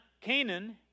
Canaan